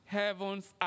heaven's